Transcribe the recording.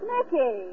Nicky